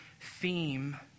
theme